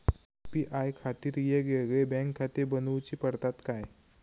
UPI खातीर येगयेगळे बँकखाते बनऊची पडतात काय?